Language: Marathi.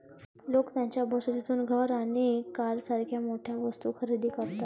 लोक त्यांच्या बचतीतून घर आणि कारसारख्या मोठ्या वस्तू खरेदी करतात